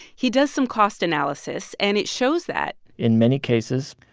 he does some cost analysis. and it shows that. in many cases,